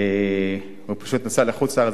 פשוט נסע לחוץ-לארץ,